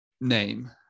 name